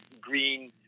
green